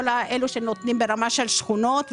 כל אלה שנותנים ברמה של שכונות,